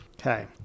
Okay